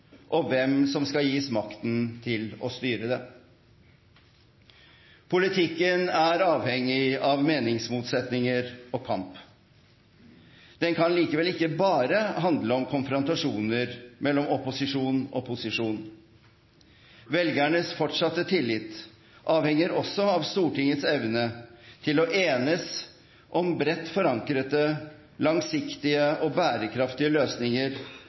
og hvem som skal gis makten til å styre det. Politikken er avhengig av meningsmotsetninger og kamp. Den kan likevel ikke bare handle om konfrontasjoner mellom opposisjon og posisjon. Velgernes fortsatte tillit avhenger også av Stortingets evne til å enes om bredt forankrede, langsiktige og bærekraftige løsninger